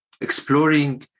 exploring